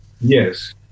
Yes